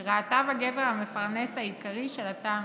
שראתה בגבר המפרנס העיקרי של התא המשפחתי,